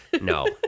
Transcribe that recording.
no